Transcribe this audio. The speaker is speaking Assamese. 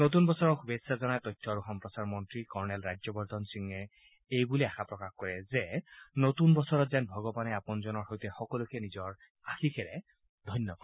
নতুন বছৰৰ শুভেচ্ছা জনাই তথ্য আৰু সম্প্ৰচাৰ মন্ত্ৰী কৰ্ণেল ৰাজ্যবৰ্ধন সিঙে এই বুলি আশা প্ৰকাশ কৰে যে নতুন বছৰত যেন ভগৱানে আপোনজনৰ সৈতে সকলোকে নিজৰ আশীষেৰে ধন্য কৰে